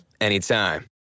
anytime